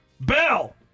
bell